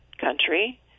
country